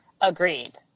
agreed